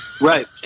Right